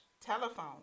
telephone